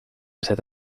cette